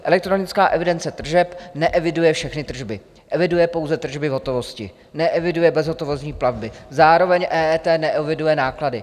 Elektronická evidence tržeb neeviduje všechny tržby, eviduje pouze tržby v hotovosti, neeviduje bezhotovostní platby, zároveň EET neeviduje náklady.